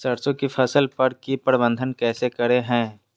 सरसों की फसल पर की प्रबंधन कैसे करें हैय?